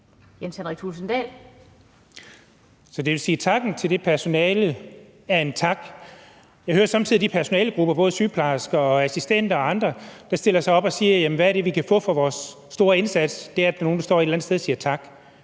takken til det personale er en tak. Jeg hører somme tider de personalegrupper, både sygeplejersker og assistenter og andre, stille sig op og sige: Hvad er det, vi kan få for vores store indsats? Det er, at der står nogen et eller andet sted og siger tak.